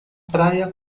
praia